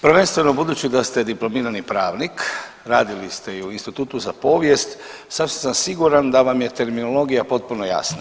Prvenstveno budući da ste diplomirani pravnik, radili ste i u Institutu za povijest sasvim sam siguran da vam je terminologija potpuno jasna.